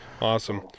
Awesome